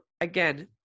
Again